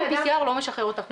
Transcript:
היוםPCR לא משחרר אותך מבידוד.